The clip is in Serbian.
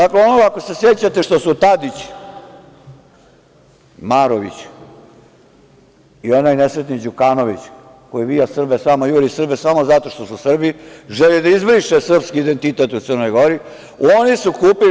Ako se sećate što su Tadić, Marović i onaj nesretni Đukanović, koji vija Srbe, samo juri Srbe samo zato što su Srbi, želi da izbriše srpski identitet u Crnoj Gori, oni su kupili…